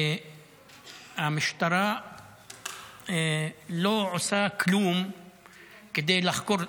והמשטרה לא עושה כלום כדי לחקור.